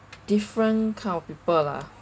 different kind of people lah